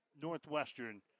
Northwestern